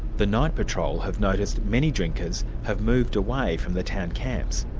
the night patrol have noticed many drinkers have moved away from the town camps.